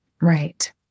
right